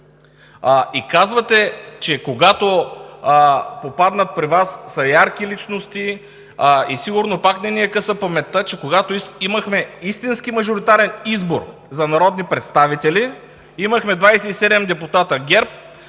И казвате, че когато попаднат при Вас, са ярки личности и сигурно пак не ни е къса паметта, че когато имахме истински мажоритарен избор за народни представители, имахме 27 депутати – ГЕРБ,